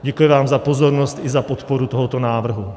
Děkuji vám za pozornost i za podporu tohoto návrhu.